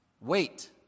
Wait